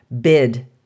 bid